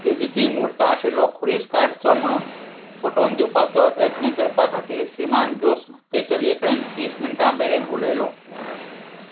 झेजुची म्हूर्त आशिल्लो खुरीस काडचो म्हुणून पटोवन दिवपाचो यत्न करपा खातीर श्रीमान जोस्न ते चलये कडेन तीस मिनटां मेरेन उलयलो